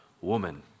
Woman